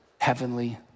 heavenly